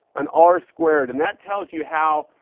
an r squared. and that tells you how